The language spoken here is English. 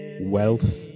wealth